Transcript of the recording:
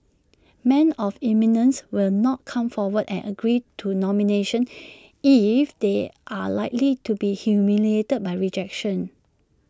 men of eminence will not come forward and agree to nomination if they are likely to be humiliated by rejection